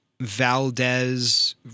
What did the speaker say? Valdez